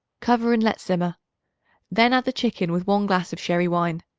cover and let simmer then add the chicken with one glass of sherry wine.